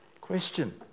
Question